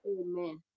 Amen